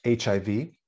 HIV